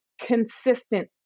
consistent